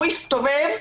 הוא הסתובב,